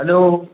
hello